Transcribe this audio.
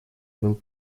был